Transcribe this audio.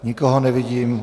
Nikoho nevidím.